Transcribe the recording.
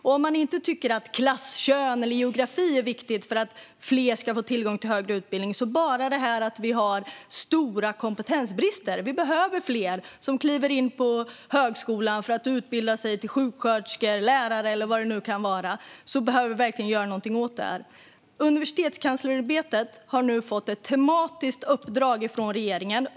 Om man inte tycker att klass, kön eller geografi är viktigt för att fler ska få tillgång till högre utbildning är bara det att vi har stora kompetensbrister ett skäl. Vi behöver fler som kliver in på högskolan för att utbilda sig till sjuksköterska, lärare eller vad det nu kan vara. Vi behöver verkligen göra någonting åt det här. Universitetskanslersämbetet har nu fått ett tematiskt uppdrag från regeringen.